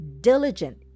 diligent